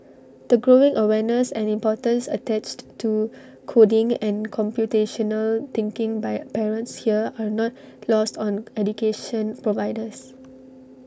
the growing awareness and importance attached to coding and computational thinking by parents here are not lost on education providers